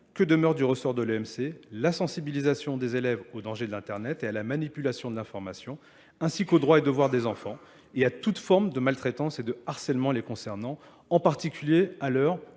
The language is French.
que demeure du ressort de l'EMC la sensibilisation des élèves aux dangers de l'Internet et à la manipulation de l'information, ainsi qu'aux droits et devoirs des enfants et à toute forme de maltraitance et de harcèlement les concernant, en particulier à l'heure